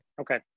Okay